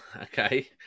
okay